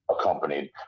accompanied